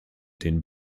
den